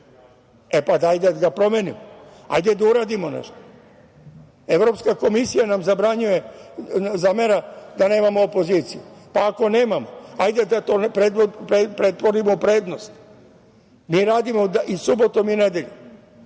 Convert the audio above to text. E, daj da ga promenimo, hajde da uradimo nešto. Evropska komisija nam zamera da nemamo opoziciju. Ako nemamo, hajde da to pretvorimo u prednost. Mi radimo i subotom i nedeljom.